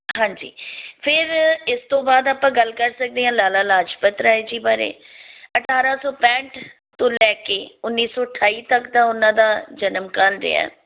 ਹਾਂਜੀ ਫਿਰ ਇਸ ਤੋਂ ਬਾਅਦ ਆਪਾਂ ਗੱਲ ਕਰ ਸਕਦੇ ਹਾਂ ਲਾਲਾ ਲਾਜਪਤ ਰਾਏ ਜੀ ਬਾਰੇ ਅਠਾਰਾਂ ਸੌ ਪੈਂਹਟ ਤੋਂ ਲੈ ਕੇ ਉੱਨੀ ਸੌ ਅਠਾਈ ਤੱਕ ਦਾ ਉਹਨਾਂ ਦਾ ਜਨਮ ਕਾਲ ਰਿਹਾ